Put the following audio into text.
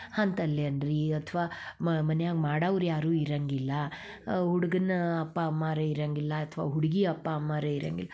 ಅಂಥಲ್ಲಿ ಅನ್ನಿರಿ ಈ ಅಥವಾ ಮನ್ಯಾಗ ಮಾಡಾವ್ರು ಯಾರೂ ಇರೋಂಗಿಲ್ಲ ಆ ಹುಡ್ಗನ ಅಪ್ಪ ಅಮ್ಮರೂ ಇರೋಂಗಿಲ್ಲ ಅಥವಾ ಹುಡುಗಿ ಅಪ್ಪ ಅಮ್ಮರೂ ಇರೋಂಗಿಲ್ಲ